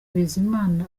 bizimana